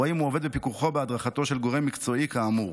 או אם הוא עובד בפיקוחו ובהדרכתו של גורם מקצועי כאמור.